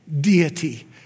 deity